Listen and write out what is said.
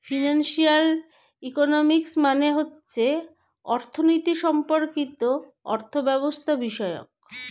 financial economics মানে হচ্ছে অর্থনীতি সম্পর্কিত অর্থব্যবস্থাবিষয়ক